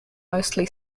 mostly